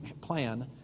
plan